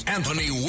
Anthony